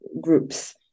groups